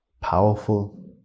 powerful